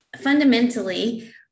fundamentally